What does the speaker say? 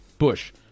bush